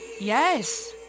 Yes